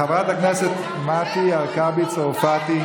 תודה רבה לחבר הכנסת רון כץ.